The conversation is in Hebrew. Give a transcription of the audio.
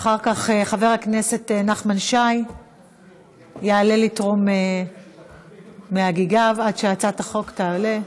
ואחר כך חבר הכנסת נחמן שי יעלה לתרום מהגיגיו עד שהצעת החוק תעלה.